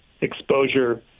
exposure